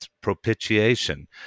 propitiation